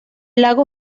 lago